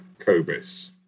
COBIS